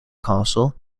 castle